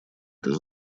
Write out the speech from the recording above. это